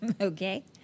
okay